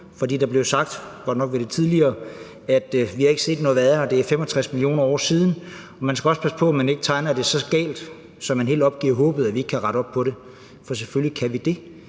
på. Der blev sagt – godt nok under det tidligere forslag – at vi ikke har set noget værre, og det er 65 mio. år siden. Man skal også passe på, at man ikke tegner det så galt, at man helt opgiver håbet om, at vi kan rette op på det. For selvfølgelig kan vi det.